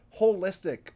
holistic